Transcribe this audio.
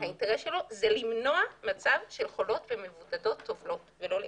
האינטרס שלו הוא למנוע מצב שחולות ומבודדות טובלות ולא להפך.